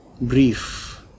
brief